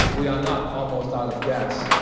we are not almost out of gas,